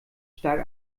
stark